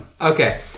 Okay